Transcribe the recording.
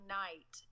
night